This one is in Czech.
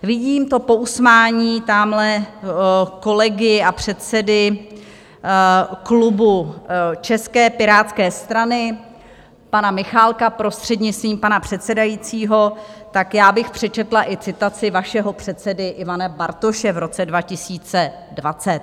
Vidím to pousmání tamhle kolegy a předsedy klubu České pirátské strany pana Michálka, prostřednictvím pana předsedajícího, tak já bych přečetla i citaci vašeho předsedy Ivana Bartoše v roce 2020: